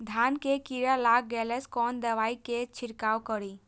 धान में कीरा लाग गेलेय कोन दवाई से छीरकाउ करी?